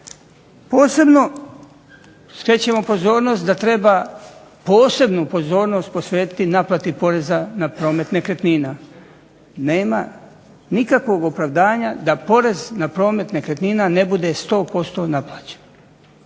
Posebno skrećemo pozornost da treba posebnu pozornost posvetiti naplati poreza na promet nekretnina. Nema nikakvog opravdanja da porez na promet nekretnina ne bude 100% naplaćen,